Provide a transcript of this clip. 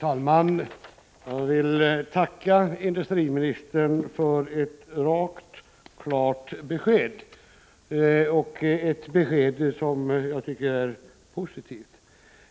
Herr talman! Jag tackar industriministern för ett rakt, klart besked, ett besked som jag tycker är positivt.